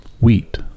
wheat